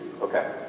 okay